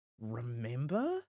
remember